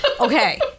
Okay